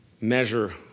measure